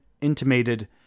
intimated